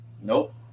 Nope